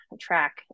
track